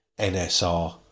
NSR